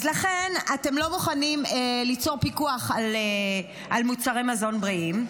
אז לכן אתם לא מוכנים ליצור פיקוח על מוצרי מזון בריאים,